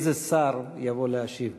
איזה שר יבוא להשיב?